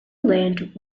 land